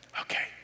Okay